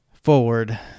forward